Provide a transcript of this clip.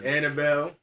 Annabelle